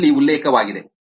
ಇದು ಇಲ್ಲಿ ಉಲ್ಲೇಖವಾಗಿದೆ